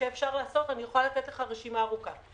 שאפשר לעשות, ואני יכולה לתת לך רשימה ארוכה.